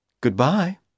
Goodbye